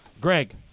Greg